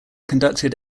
conducted